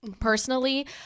Personally